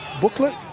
booklet